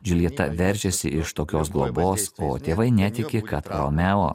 džiuljeta veržiasi iš tokios globos o tėvai netiki kad romeo